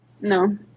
No